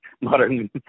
modern